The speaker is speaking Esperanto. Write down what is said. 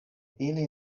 ili